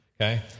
Okay